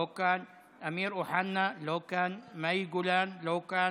לא כאן, אמיר אוחנה, לא כאן, מאי גולן, לא כאן,